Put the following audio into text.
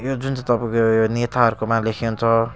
यो जुन चाहिँ तपाईँको यो नेताहरूकोमा लेखिन्छ